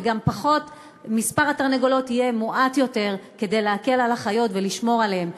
וגם שמספר התרנגולות יהיה מועט יותר כדי להקל על החיות ולשמור עליהן.